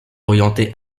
orienté